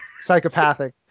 psychopathic